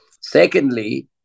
Secondly